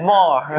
More